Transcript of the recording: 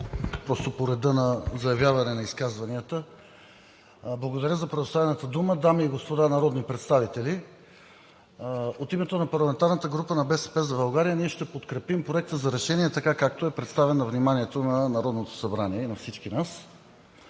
просто по реда на заявяване на изказванията. Благодаря за предоставената дума. Дами и господа народни представители! От името на парламентарната група на „БСП за България“ ние ще подкрепим Проекта за решение така, както е представен на вниманието на Народното събрание – на всички нас.